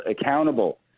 accountable